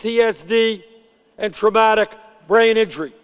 t s d and traumatic brain injury